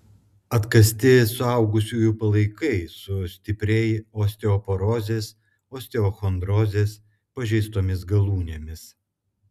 atkasti suaugusiųjų palaikai su stipriai osteoporozės osteochondrozės pažeistomis galūnėmis